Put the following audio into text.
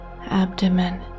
abdomen